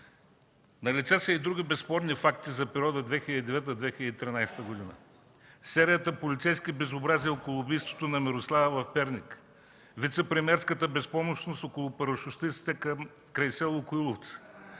Налице са и други безспорни факти за периода 2009-2013 г.: серията полицейски безобразия около убийството на Мирослава в Перник; вицепремиерската безпомощност около парашутистите край село Коиловци;